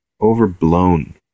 overblown